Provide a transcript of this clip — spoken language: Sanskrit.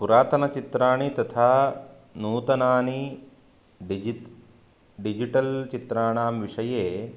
पुरातनचित्राणि तथा नूतनानि डिजित् डिजिटल् चित्राणां विषये